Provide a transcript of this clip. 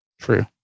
True